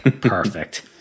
perfect